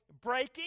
breaking